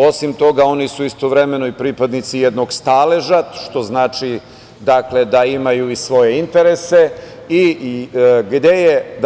Osim toga, oni su istovremeno i pripadnici jednog staleža, što znači da imaju i svoje interese i gde je